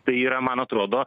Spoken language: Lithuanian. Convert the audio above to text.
tai yra man atrodo